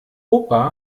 opa